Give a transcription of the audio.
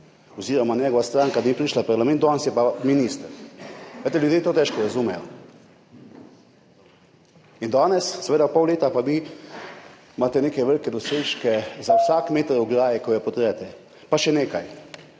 (Nadaljevanje) ni prišla v parlament, danes je pa minister. Poglejte, ljudje to težko razumejo. In danes, seveda pol leta pa vi imate neke velike dosežke za vsak meter ograje, ko jo podrete. Pa še nekaj,